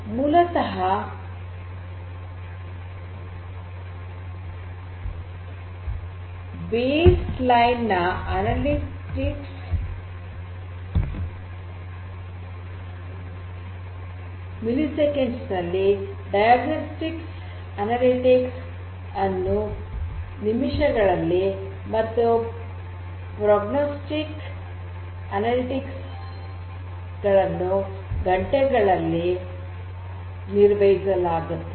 ಮೂಲತಃ base line ನ analytics milliseconds ನಲ್ಲಿ ಡಯಗನೋಸ್ಟಿಕ್ಸ್ ಅನಲಿಟಿಕ್ಸ್ ಅನ್ನು ನಿಮಿಷಗಳಲ್ಲಿ ಮತ್ತು ಪ್ರೋಗ್ನೋಸ್ಟಿಕ್ ಅನಲಿಟಿಕ್ಸ್ ಘಂಟೆಗಳಲ್ಲಿ ನಿರ್ವಹಿಸಲಾಗುತ್ತದೆ